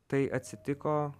tai atsitiko